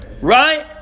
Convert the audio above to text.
right